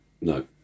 No